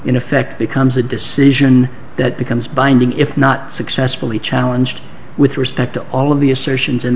in effect becomes a decision that becomes binding if not successfully challenged with respect to all of the assertions in the